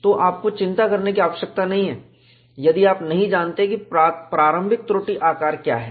तो आपको चिंता करने की आवश्यकता नहीं है यदि आप नहीं जानते कि प्रारंभिक त्रुटि आकार क्या है